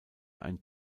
ein